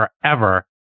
forever